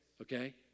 Okay